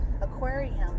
aquarium